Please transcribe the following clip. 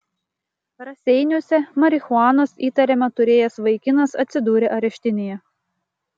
raseiniuose marihuanos įtariama turėjęs vaikinas atsidūrė areštinėje